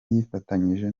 yifatanyije